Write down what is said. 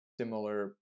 similar